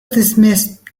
dismissed